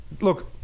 look